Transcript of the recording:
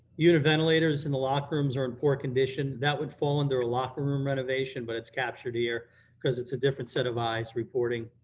unit ventilators in the locker rooms are in poor condition, that would fall under a locker room renovation but it's captured here cause it's a different set of eyes reporting,